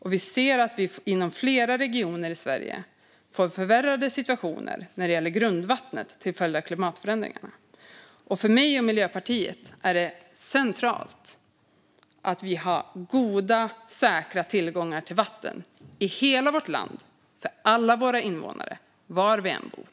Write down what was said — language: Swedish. Vi ser också att vi till följd av klimatförändringarna får förvärrade situationer när det gäller grundvattnet inom flera regioner i Sverige. För mig och Miljöpartiet är det centralt att vi har god och säker tillgång till vatten i hela vårt land, för alla våra invånare, var de än bor.